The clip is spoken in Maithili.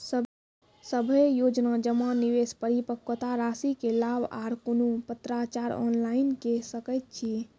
सभे योजना जमा, निवेश, परिपक्वता रासि के लाभ आर कुनू पत्राचार ऑनलाइन के सकैत छी?